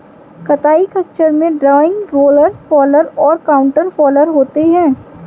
कताई खच्चर में ड्रॉइंग, रोलर्स फॉलर और काउंटर फॉलर होते हैं